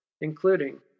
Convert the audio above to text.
including